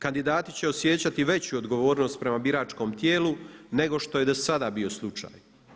Kandidati će osjećati veću odgovornost prema biračkom tijelu nego što je do sada bio slučaj.